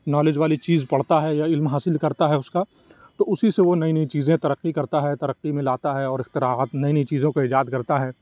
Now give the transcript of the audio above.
knowledge والی چیز پڑھتا ہے یا علم حاصل کرتا ہے اس کا تو اسی سے وہ نئی نئی چیزیں ترقی کرتا ہے ترقی میں لاتا ہے اور اختراعات نئی نئی چیزون کو ایجاد کرتا ہے